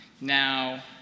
now